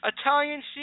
Italian